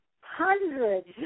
hundreds